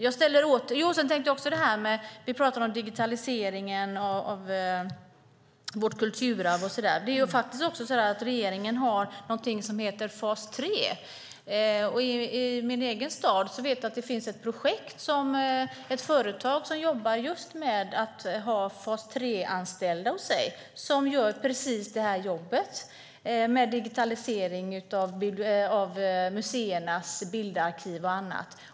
Vi talade om digitaliseringen av vårt kulturarv. Regeringen har startat något som kallas för fas 3. I min hemstad finns ett företag som har fas 3-anställda. De digitaliserar museernas bildarkiv och annat.